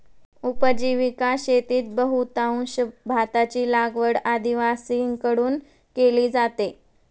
उपजीविका शेतीत बहुतांश भाताची लागवड आदिवासींकडून केली जाते